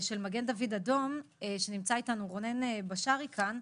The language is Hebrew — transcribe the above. של מגן דוד אדום, נמצא איתנו רונן בשארי כאן.